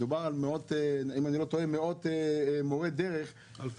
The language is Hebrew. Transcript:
מדובר אם אני לא טועה על מאות מורי דרך --- אלפי.